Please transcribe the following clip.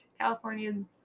Californians